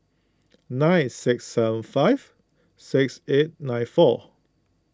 nine six seven five six eight nine four